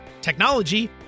technology